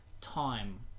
time